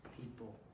people